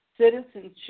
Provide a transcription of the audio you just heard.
citizenship